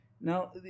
Now